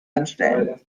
anstellen